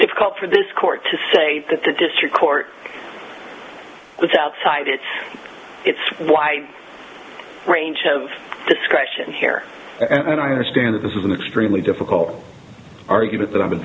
difficult for this court to say that the district court was outside its its why range of discretion here and i understand that this is an extremely difficult argument that i'